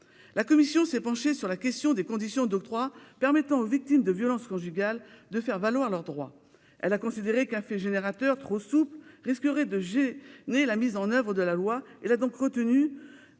La commission s'est penchée sur la question des conditions d'octroi permettant aux victimes de violences conjugales de faire valoir leur droit. Elle a considéré qu'un fait générateur trop souple risquerait de gêner la mise en oeuvre de la loi et a donc retenu